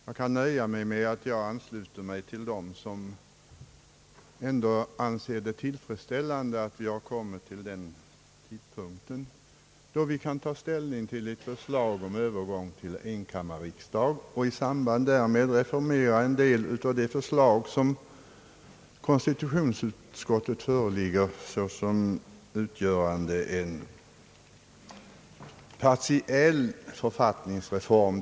Jag kan nöja mig med att ansluta mig till dem som ändå anser det tillfredsställande att vi har kommit fram till den tidpunkten då vi kan ta ställning till ett förslag om övergång till enkammarriksdag och i samband därmed antaga konstitutionsutskottets förslag om en partiell författningsreform.